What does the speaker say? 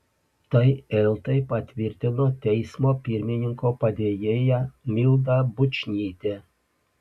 tai eltai patvirtino teismo pirmininko padėjėja milda bučnytė